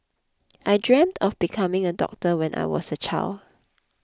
I dreamt of becoming a doctor when I was a child